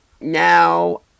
now